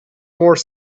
more